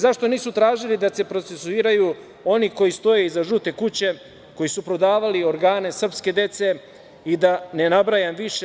Zašto nisu tražili da se procesuiraju oni koji stoje iza žute kuće, koji su prodavali organe srpske dece i da ne nabrajam više?